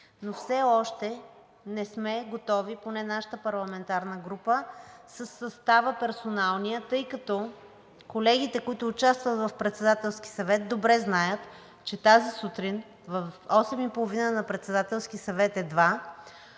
но все още не сме готови, поне нашата парламентарна група, с персоналния състав, тъй като колегите, които участват в Председателския съвет, добре знаят, че тази сутрин едва в 8,30 ч. на Председателския съвет